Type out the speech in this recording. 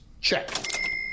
Check